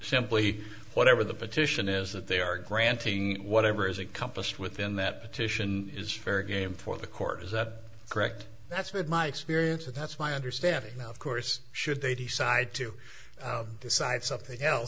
simply whatever the petition is that they are granting whatever is accomplished within that petition is fair game for the court is that correct that's been my experience and that's my understanding now of course should they decide to decide something